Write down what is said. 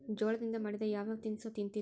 ಜೋಳದಿಂದ ಮಾಡಿದ ಯಾವ್ ಯಾವ್ ತಿನಸು ತಿಂತಿರಿ?